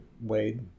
Wade